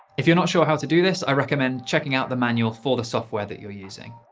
if you're not sure how to do this, i recommend checking out the manual for the software that you're using.